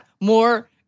more